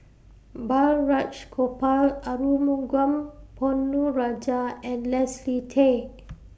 Balraj Gopal Arumugam Ponnu Rajah and Leslie Tay